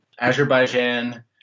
Azerbaijan